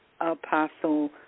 Apostle